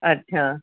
ਅੱਛਾ